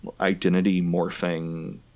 identity-morphing